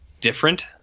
different